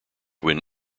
when